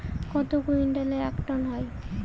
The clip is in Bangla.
কত কুইন্টালে এক টন হয়?